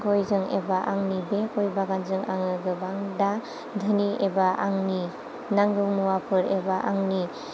गयजों एबा आंनि बे गय बागानजों आङो गोबां दा धोनि एबा आंनि नांगौ मुवाफोर एबा आंनि